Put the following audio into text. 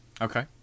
Okay